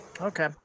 Okay